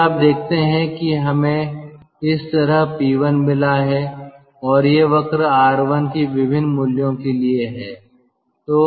फिर आप देखते हैं कि हमें इस तरह P1 मिला है और ये वक्र R1 के विभिन्न मूल्यों के लिए हैं